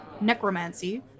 necromancy